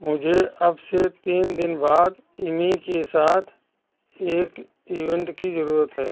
मुझे अब से तीन दिन बाद इमी के साथ एक इवेंट कि ज़रूरत है